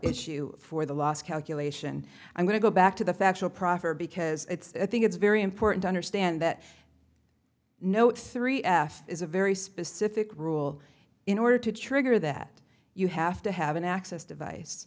issue for the last calculation i'm going to go back to the factual proffer because it's think it's very important to understand that no three f is a very specific rule in order to trigger that you have to have an access device